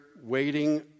waiting